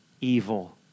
evil